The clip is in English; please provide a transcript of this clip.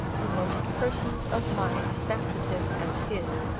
to most persons of mind sensitive as his,